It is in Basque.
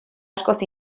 askoz